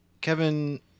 kevin